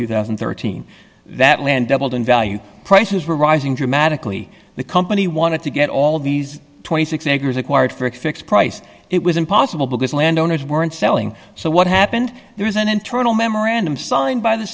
two thousand and thirteen that land doubled in value prices were rising dramatically the company wanted to get all these years acquired for a fixed price it was impossible because landowners weren't selling so what happened there was an internal memorandum signed by the